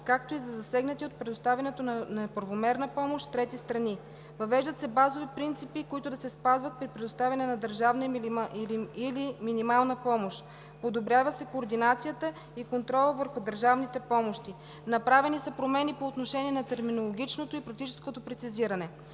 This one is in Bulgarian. както и за засегнати от предоставянето на неправомерна помощ трети страни; - въвеждат се базови принципи, които да се спазват при предоставяне на държавна или минимална помощ; - подобрява се координацията и контролът върху държавните помощи; - направени са промени по отношение на терминологичното и практическото прецизиране.